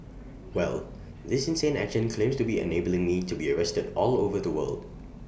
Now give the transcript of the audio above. well this insane action claims to be enabling me to be arrested all over the world